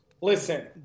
listen